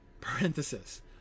Parenthesis